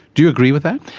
do you agree with that?